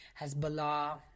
Hezbollah